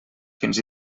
fins